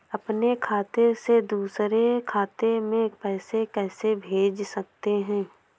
अपने खाते से दूसरे खाते में पैसे कैसे भेज सकते हैं?